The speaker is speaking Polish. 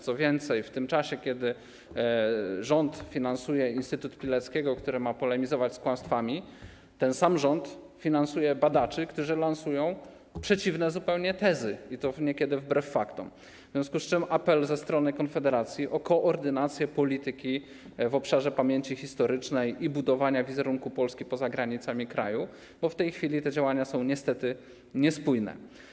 Co więcej, w tym czasie, kiedy rząd finansuje Instytut Pileckiego, który ma polemizować z kłamstwami, ten sam rząd finansuje badaczy, którzy lansują zupełnie przeciwne tezy, i to niekiedy wbrew faktom, w związku z czym apel ze strony Konfederacji o koordynację polityki w obszarze pamięci historycznej i budowania wizerunku Polski poza granicami kraju, bo w tej chwili te działania są niestety niespójne.